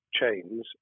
chains